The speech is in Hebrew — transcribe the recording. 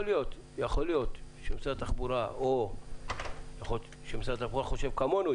יכול להיות שמשרד התחבורה חושב כמונו,